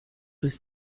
was